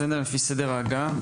לפי סדר ההגעה.